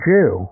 Jew